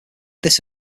this